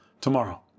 Tomorrow